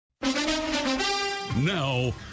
Now